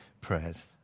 prayers